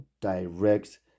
direct